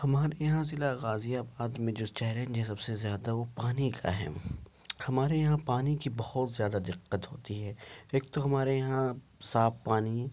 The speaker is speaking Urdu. ہمارے یہاں ضلع غازی آباد میں جو چیلینج سب سے زیادہ وہ پانی کا ہے ہمارے یہاں پانی کی بہت زیادہ دقت ہوتی ہے ایک تو ہمارے یہاں صاف پانی